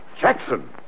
Jackson